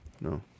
No